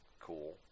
cool